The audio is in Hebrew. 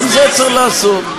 גם זה צריך לעשות.